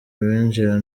abinjira